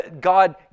God